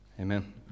Amen